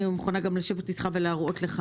מוכנה לשבת איתך ולהראות לך.